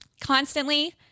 constantly